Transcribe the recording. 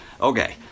Okay